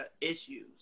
issues